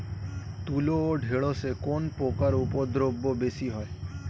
তুলো ও ঢেঁড়সে কোন পোকার উপদ্রব বেশি হয়?